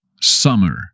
summer